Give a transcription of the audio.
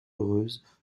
heureuse